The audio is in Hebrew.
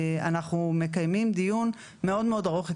אנחנו מקיימים דיון מאוד מאוד ארוך.